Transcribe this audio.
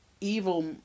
evil